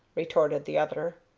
retorted the other.